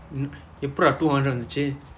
எப்படிடா:eppadidaa two hundred வந்தது:vandthathu